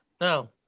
Now